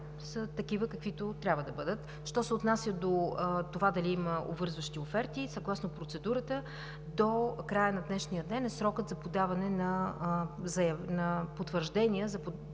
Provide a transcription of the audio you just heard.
са такива, каквито трябва да бъдат. Що се отнася до това дали има обвързващи оферти – съгласно процедурата до края на днешния ден е срокът за подаване на потвърждения,